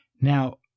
Now